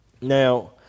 Now